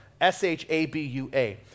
S-H-A-B-U-A